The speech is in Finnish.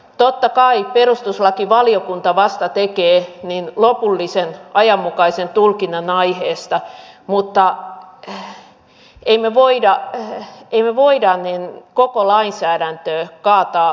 totta kai perustuslakivaliokunta vasta tekee lopullisen ajanmukaisen tulkinnan aiheesta mutta emme me voi koko lainsäädäntöä kaataa perustuslakivaliokunnan niskaan